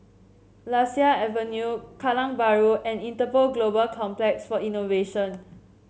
Lasia Avenue Kallang Bahru and Interpol Global Complex for Innovation